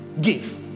Give